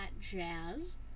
jazz